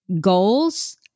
Goals